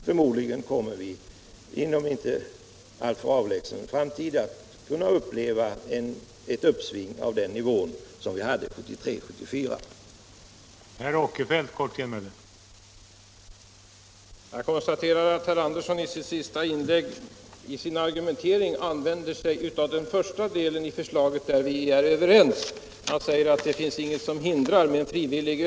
Förmodligen kommer vi inom en inte allför avlägsen framtid att få uppleva ett uppsving av den nivån, som vi fick 1973-1974.